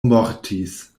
mortis